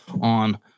on